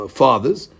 fathers